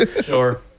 Sure